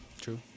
True